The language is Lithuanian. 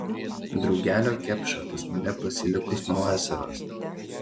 draugelio kepša pas mane pasilikus nuo vasaros